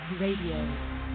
RADIO